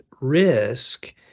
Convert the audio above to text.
risk